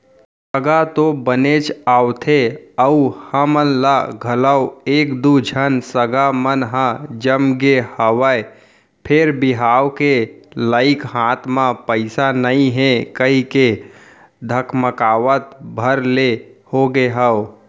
सगा तो बनेच आवथे अउ हमन ल घलौ एक दू झन सगा मन ह जमगे हवय फेर बिहाव के लइक हाथ म पइसा नइ हे कहिके धकमकावत भर ले होगे हंव